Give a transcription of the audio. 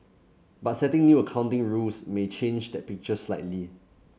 but setting new accounting rules may change that picture slightly